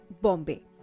Bombay